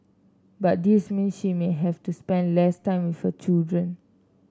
but this means she may have to spend less time with her children